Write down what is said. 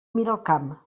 miralcamp